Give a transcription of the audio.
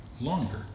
longer